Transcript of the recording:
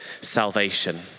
salvation